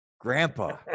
Grandpa